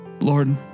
Lord